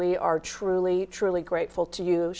we are truly truly grateful to